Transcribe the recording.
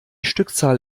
stückzahl